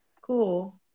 cool